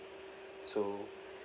so